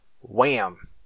Wham